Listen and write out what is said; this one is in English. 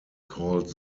called